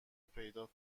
پیدا